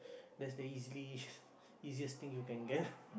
that's the easily easiest thing you can get